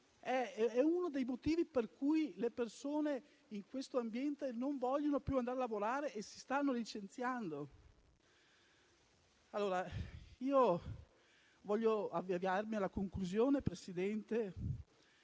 è uno dei motivi per cui le persone in questo ambiente non vogliono più andare a lavorare e si stanno licenziando. Nell'intento di avviarmi alla conclusione, signor